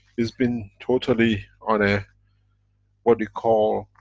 it's been totally on a what you call,